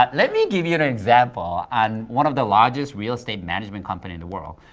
but let me give you an example on one of the largest real estate management companies in the world.